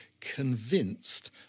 convinced